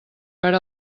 per